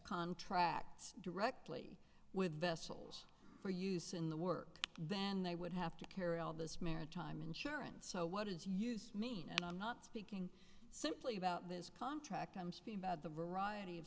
contracts directly with vessels for use in the work then they would have to carry all this maritime insurance so what is used and i'm not speaking simply about this contract i'm speaking about the variety of